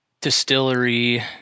distillery –